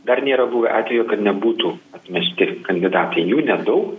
dar nėra buvę atvejo kad nebūtų atmesti kandidatai jų nedaug